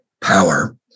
power